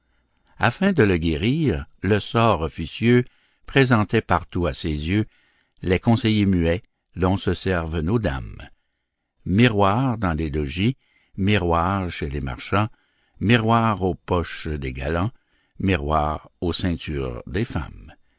afin de le guérir le sort officieux présentait partout à ses yeux les conseillers muets dont se servent nos dames miroirs dans les logis miroirs chez les marchands miroirs aux poches des galants miroirs aux ceintures des femmes